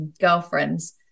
girlfriends